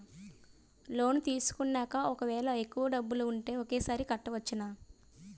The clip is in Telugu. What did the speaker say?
లోన్ తీసుకున్నాక ఒకవేళ ఎక్కువ డబ్బులు ఉంటే ఒకేసారి కట్టవచ్చున?